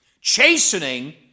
Chastening